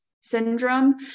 syndrome